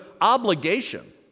obligation